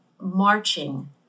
marching